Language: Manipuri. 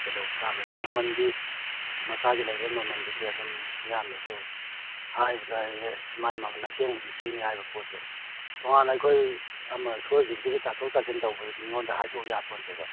ꯀꯩꯗꯧꯕ ꯇꯥꯕꯅꯤ ꯑꯗꯣ ꯃꯃꯟꯗꯤ ꯃꯁꯥꯒꯤ ꯂꯩꯔꯛꯏ ꯃꯃꯟꯗꯨꯗꯤ ꯑꯗꯨꯝ ꯃꯤꯌꯥꯝꯗꯁꯨ ꯍꯥꯏꯕꯗ ꯑꯦꯁ ꯃꯥꯏ ꯃꯃꯟ ꯑꯁꯦꯡꯕꯗꯤ ꯁꯤꯅꯤ ꯍꯥꯏꯕ ꯄꯣꯠꯇꯣ ꯇꯣꯉꯥꯟꯅ ꯑꯩꯈꯣꯏ ꯑꯃ ꯁꯣꯏꯒꯤꯕꯗꯨꯗꯤ ꯇꯥꯊꯣꯛ ꯇꯥꯁꯤꯟ ꯇꯧꯕꯗꯗꯤ ꯃꯤꯉꯣꯟꯗ ꯍꯥꯏꯗꯣꯛꯎ ꯌꯥꯄꯣꯟꯇꯦꯗꯣ